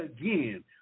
again